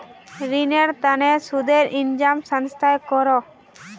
रिनेर तने सुदेर इंतज़ाम संस्थाए करोह